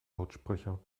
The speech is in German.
lautsprecher